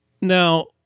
now